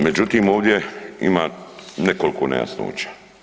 Međutim, ovdje ima nekoliko nejasnoća.